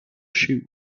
shoe